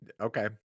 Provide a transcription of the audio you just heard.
okay